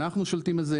אנחנו שולטים על זה,